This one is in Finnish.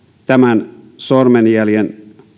tämän sormenjäljen